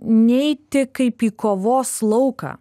neiti kaip į kovos lauką